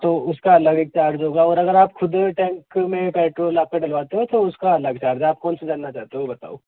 तो उसका अलग चार्ज होगा और अगर आप खुद टैंक में पेट्रोल आपका डलवाते हो तो उसका अलग चार्ज है आप कौन सा जानना चाहते हो वह बताओ